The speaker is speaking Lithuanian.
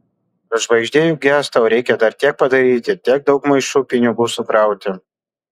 žvaigždė juk gęsta o reikia dar tiek padaryti tiek daug maišų pinigų sukrauti